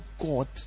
God